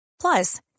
Plus